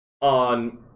on